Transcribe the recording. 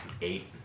eight